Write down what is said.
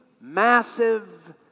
massive